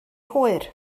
hwyr